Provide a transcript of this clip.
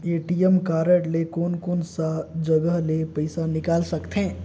ATM card ले कोन कोन सा जगह ले पइसा निकाल सकथे?